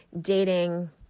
dating